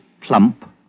plump